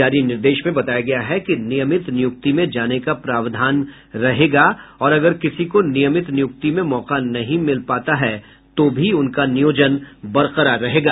जारी निर्देश में बताया गया है कि नियमित नियुक्ति में जाने का प्रावधान रहेगा और अगर किसी को नियमित नियुक्ति में मौका नहीं मिल पाता है तो भी उनका नियोजन बरकरार रहेगा